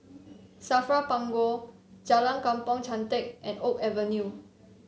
Safra Punggol Jalan Kampong Chantek and Oak Avenue